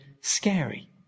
scary